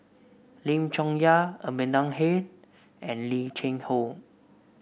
Lim Chong Yah Amanda Heng and Lim Cheng Hoe